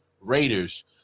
Raiders